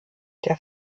der